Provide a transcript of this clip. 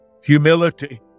Humility